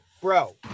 Bro